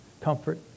comfort